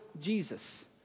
Jesus